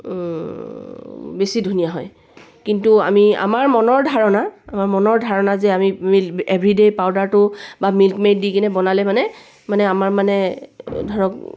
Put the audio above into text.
বেছি ধুনীয়া হয় কিন্তু আমি আমাৰ মনৰ ধাৰণা আমাৰ মনৰ ধাৰণা যে আমি মিল্ক এভৰিডে' পাউদাৰটো বা মিল্ক মেইড দি কিনে বনালে মানে মানে আমাৰ মানে ধৰক